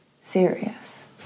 serious